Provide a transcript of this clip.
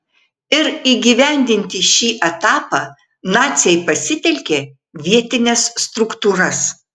ir įgyvendinti šį etapą naciai pasitelkė vietines struktūras